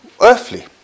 earthly